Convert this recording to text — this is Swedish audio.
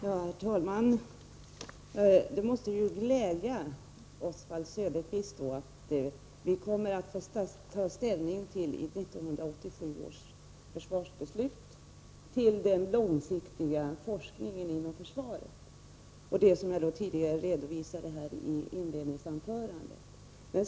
Herr talman! Det måste ju då glädja Oswald Söderqvist att vi vid 1987 års försvarsbeslut kommer att få ta ställning till den långsiktiga forskningen inom försvaret. Detta redovisade jag också i inledningsanförandet.